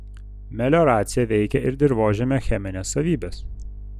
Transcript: melioracija veikia ir dirvožemio chemines savybes